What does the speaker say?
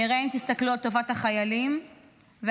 נראה אם תסתכלו על טובת החיילים והמדינה,